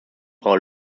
frau